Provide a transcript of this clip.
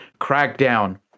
Crackdown